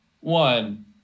one